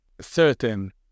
certain